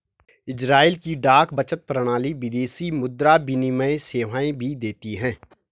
Israel की डाक बचत प्रणाली विदेशी मुद्रा विनिमय सेवाएं भी देती है